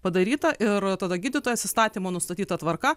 padaryta ir tada gydytojas įstatymo nustatyta tvarka